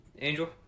Angel